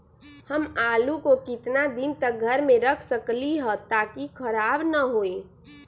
हम आलु को कितना दिन तक घर मे रख सकली ह ताकि खराब न होई?